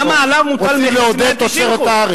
למה עליו מוטל מכס 190%?